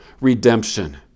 redemption